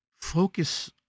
focus